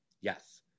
Yes